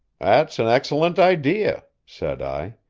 that's an excellent idea, said i.